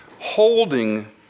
Holding